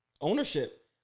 ownership